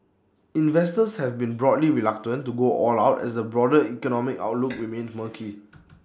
investors have been broadly reluctant to go all out as the broader economic outlook remained murky